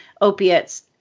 opiates